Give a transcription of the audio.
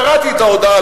קראתי את ההודעה,